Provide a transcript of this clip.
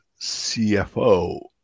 CFO